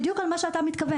וזה בדיוק מה שאתה מתכוון.